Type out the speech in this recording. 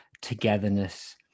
togetherness